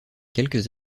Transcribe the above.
quelques